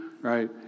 right